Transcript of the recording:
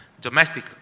domestic